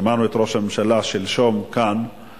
שמענו כאן את ראש הממשלה שלשום, אומר: